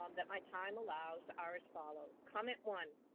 um that my time allows, are as follow. comment one,